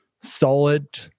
solid